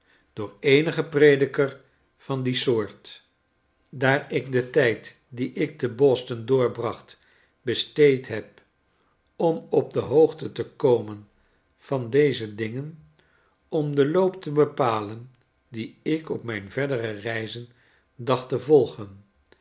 door eenigen predikervan die soort daar ik den tijd dien ik te b o s t o n doorbracht besteed heb om op de hoogte te komen van deze dingen om den loop te bepalen dien ik op mijn verdere reizen dacht te volgen